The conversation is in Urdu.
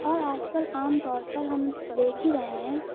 اور آج کل عام طور پر ہم دیکھ ہی رہے ہیں